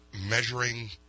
measuring